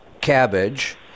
Cabbage